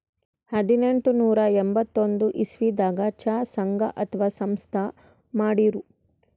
ಹದನೆಂಟನೂರಾ ಎಂಬತ್ತೊಂದ್ ಇಸವಿದಾಗ್ ಚಾ ಸಂಘ ಅಥವಾ ಸಂಸ್ಥಾ ಮಾಡಿರು